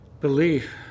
Belief